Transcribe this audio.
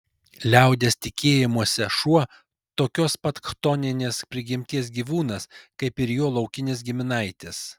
liaudies tikėjimuose šuo tokios pat chtoninės prigimties gyvūnas kaip ir jo laukinis giminaitis